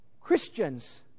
Christians